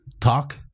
talk